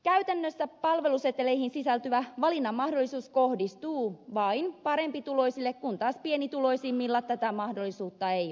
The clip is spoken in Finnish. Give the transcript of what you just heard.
käytännössä palveluseteleihin sisältyvä valinnan mahdollisuus kohdistuu vain parempituloisille kun taas pienituloisimmilla tätä mahdollisuutta ei ole